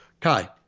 Kai